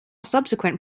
subsequent